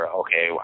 okay